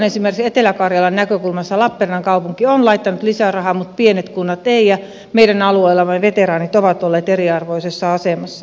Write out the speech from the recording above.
esimerkiksi etelä karjalan näkökulmasta lappeenrannan kaupunki on laittanut lisää rahaa mutta pienet kunnat eivät ja meidän alueellamme veteraanit ovat olleet eriarvoisessa asemassa